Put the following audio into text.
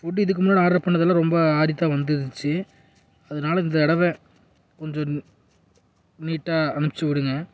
food இதுக்கு முன்னாடி order பண்ணதெல்லாம் ரொம்ப ஆறித்தான் வந்துருந்துச்சு அதனால இந்த தடவை கொஞ்சம் நீட்டாக அனுப்பிச்சு விடுங்க